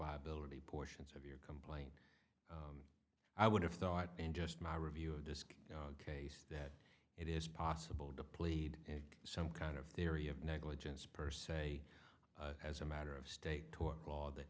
liability portions of your complaint i would have thought and just my review a disc case that it is possible to plead some kind of theory of negligence per se as a matter of state tort law that